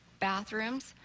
bathrooms,